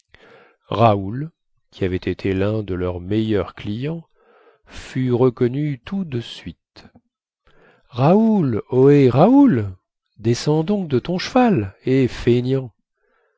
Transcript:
raoul qui avait été lun de leurs meilleurs clients fut reconnu tout de suite raoul ohé raoul descends donc de ton cheval hé feignant